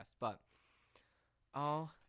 but—oh